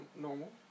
normal